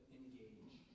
engage